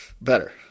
better